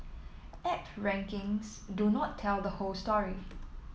app rankings do not tell the whole story